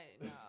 no